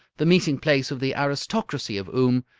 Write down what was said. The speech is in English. the meeting-place of the aristocracy of oom,